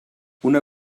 una